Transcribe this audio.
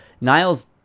Niles